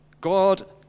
God